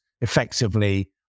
effectively